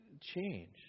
change